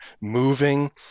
moving